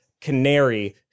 Canary